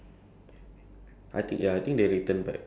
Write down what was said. I think it's coming out like next year or something ya